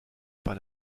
par